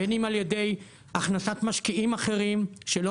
בין אם על-ידי הכנסת משקיעים אחרים שלא